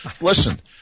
Listen